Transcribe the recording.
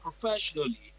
professionally